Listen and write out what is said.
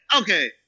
Okay